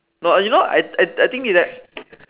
no you know I I I think it that